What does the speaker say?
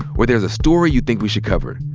or there's a story you think we should cover,